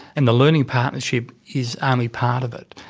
and the learning partnership is only part of it.